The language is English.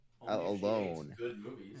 alone